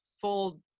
full